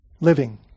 Living